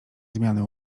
zmiany